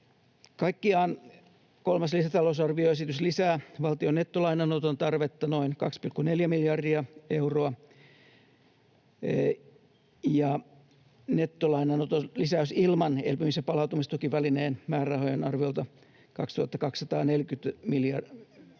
Kaikkiaan kolmas lisätalousarvioesitys lisää valtion nettolainanoton tarvetta noin 2,5 miljardia euroa, ja nettolainanoton lisäys ilman elpymis- ja palautumistukivälineen määrärahoja on arviolta 2 240 miljoonaa